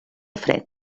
fred